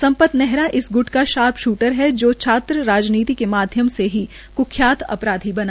सम्पत नेहरा इस ग्र्ट का शार्प शूटर है जो छात्र राजनीति के माध्यम से ही क्ख्यात अपराधी बना